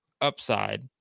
upside